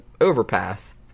overpass